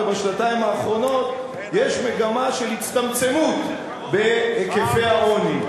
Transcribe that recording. ובשנתיים האחרונות יש מגמה של הצטמצמות בהיקפי העוני.